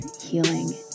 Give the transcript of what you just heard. healing